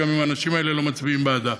גם אם האנשים האלה לא מצביעים בעדה.